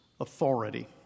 authority